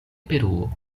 peruo